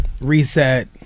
reset